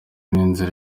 n’inzira